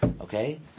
Okay